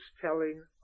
telling